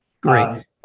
Great